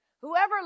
Whoever